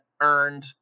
earned